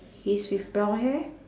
his with blonde hair